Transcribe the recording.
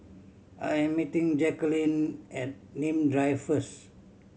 I'm meeting Jacqueline at Nim Drive first